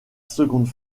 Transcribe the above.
seconde